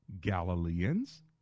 Galileans